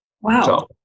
Wow